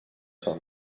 són